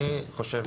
אני שם